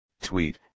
tweet